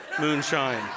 moonshine